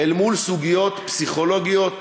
אל מול סוגיות פסיכולוגיות,